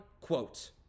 quote